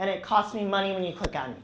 and it cost me money when you click on